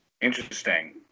Interesting